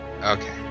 Okay